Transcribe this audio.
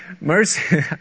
Mercy